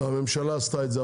הממשלה עשתה את זה,